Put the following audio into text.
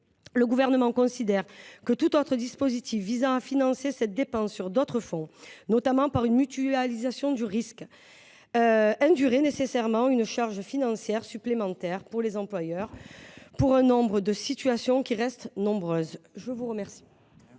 Le Gouvernement considère que tout autre dispositif visant à financer cette dépense sur d’autres fonds, notamment par une mutualisation du risque, induirait nécessairement une charge financière supplémentaire pour les employeurs, alors même que ces situations restent peu nombreuses. La parole